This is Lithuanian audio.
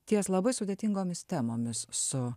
ties labai sudėtingomis temomis su